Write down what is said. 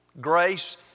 Grace